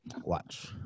watch